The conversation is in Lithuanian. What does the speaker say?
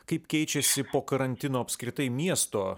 kaip keičiasi po karantino apskritai miesto